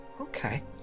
okay